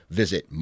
visit